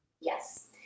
Yes